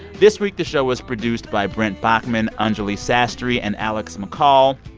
this week, the show was produced by brent baughman, anjuli sastry and alex mccall.